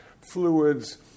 fluids